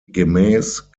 gemäß